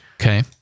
Okay